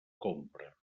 compra